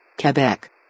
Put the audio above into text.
Quebec